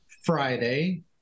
Friday